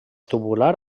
tubular